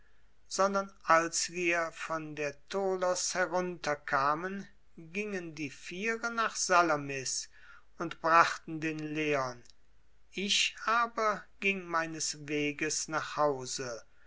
sondern als wir von der tholos herunterkamen gingen die viere nach salamis und brachten den leon ich aber ging meines weges nach hause